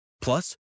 Plus